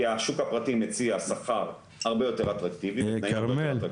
כי השוק הפרטי מציע שכר הרבה יותר אטרקטיבי --- כרמל,